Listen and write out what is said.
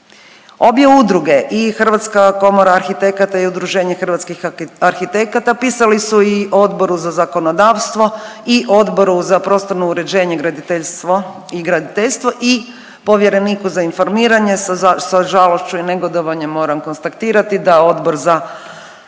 Obje udruge i Hrvatska komora arhitekata i Udruženje hrvatskih arhitekata pisali su i Odboru za zakonodavstvo i Odboru za prostorno uređenje, graditeljstvo i Povjereniku za informiranje. Sa žalošću i negodovanjem moram konstatirati da Odbor za prostorno